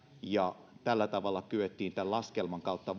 ja tällä tavalla tämän laskelman kautta